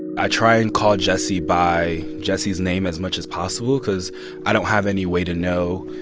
i try and call jesse by jesse's name as much as possible because i don't have any way to know